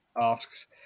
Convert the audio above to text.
asks